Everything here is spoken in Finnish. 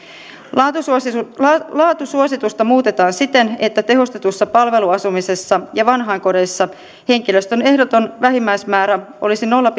laatusuositusta laatusuositusta muutetaan siten että tehostetussa palveluasumisessa ja vanhainkodeissa henkilöstön ehdoton vähimmäismäärä olisi nolla